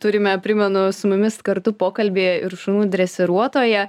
turime primenu su mumis kartu pokalbyje ir šunų dresiruotoją